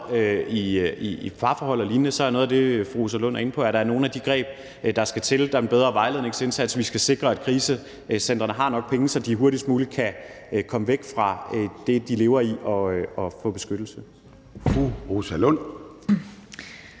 i parforhold og lignende, er der noget af det, som fru Rosa Lund var inde på. Er det nogle af de greb, der skal til? Der er en bedre vejledningsindsats, og vi skal sikre, at krisecentrene har nok penge, så kvinderne hurtigst muligt kan komme væk fra det, de lever i, og få beskyttelse.